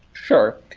sure.